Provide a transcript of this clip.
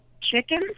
chickens